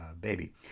baby